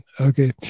Okay